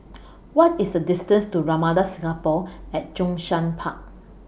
What IS The distance to Ramada Singapore At Zhongshan Park